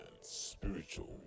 spiritual